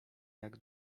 jak